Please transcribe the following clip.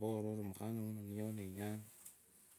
vaula vao vasampanga tsinyeniii.